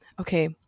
Okay